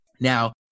Now